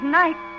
night